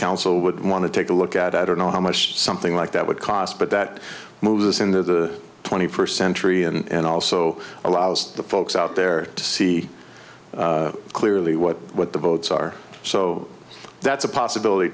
council would want to take a look at i don't know how much something like that would cost but that moves us into the twenty first century and also allows the folks out there to see clearly what what the votes are so that's a possibility